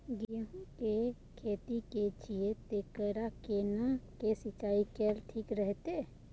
गेहूं की खेती करे छिये ते एकरा केना के सिंचाई कैल ठीक रहते?